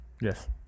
yes